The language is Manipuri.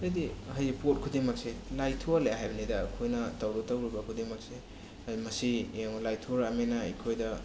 ꯍꯥꯏꯗꯤ ꯍꯥꯏꯗꯤ ꯄꯣꯠ ꯈꯨꯗꯤꯡꯃꯛꯁꯦ ꯂꯥꯏꯊꯣꯛꯍꯜꯂꯛꯑꯦ ꯍꯥꯏꯕꯅꯤꯗ ꯑꯩꯈꯣꯏꯅ ꯇꯧꯔꯨ ꯇꯧꯔꯨꯕ ꯈꯨꯗꯤꯡꯃꯛꯁꯦ ꯃꯁꯤ ꯌꯦꯡꯉꯣ ꯂꯥꯏꯊꯣꯔꯛꯑꯃꯤꯅ ꯑꯩꯈꯣꯏꯗ